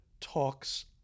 talks